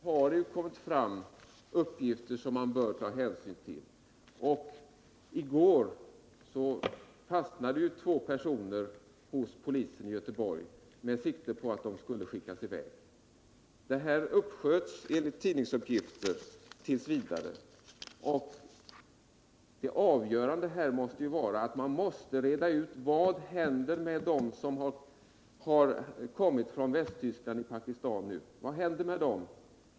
Herr talman! Här har det ju redan kommit fram nya uppgifter som man bör ta hänsyn till. Men i går fastnade två personer hos polisen i Göteborg, och meningen var att de skulle skickas i väg. Enligt tidningsuppgifter uppsköts förpassningen dock tills vidare. Avgörande är nu att det måste klarläggas vad som händer med dem som har kommit till Pakistan från Västtyskland.